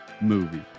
movie